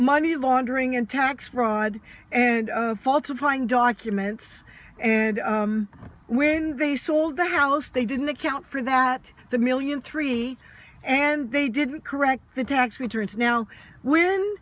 money laundering and tax fraud and falsifying documents and when they sold the house they didn't account for that the million three and they didn't correct the tax returns now w